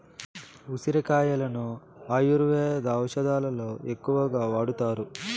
ఉసిరి కాయలను ఆయుర్వేద ఔషదాలలో ఎక్కువగా వాడతారు